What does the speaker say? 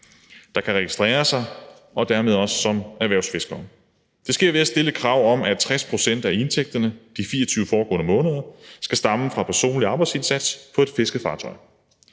der kan registrere sig og dermed også registrere sig som erhvervsfiskere. Det sker ved at stille et krav om, at 60 pct. af indtægterne de 24 foregående måneder skal stamme fra personlig arbejdsindsats på et fiskefartøj.